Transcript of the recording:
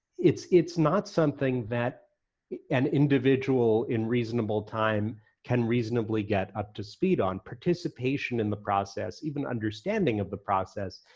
it's it's not something that an individual in reasonable time can reasonably get up to speed on. participation in the process, even understanding of the process,